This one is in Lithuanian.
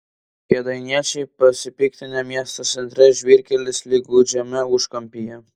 kėdainiečiai pasipiktinę miesto centre žvyrkelis lyg gūdžiame užkampyje